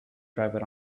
driver